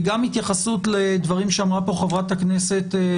וגם התייחסות לדברים שאמרה פה חברת הכנסת